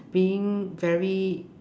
being very